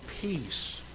peace